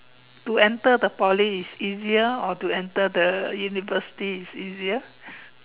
to enter the Poly is easier or to enter the university is easier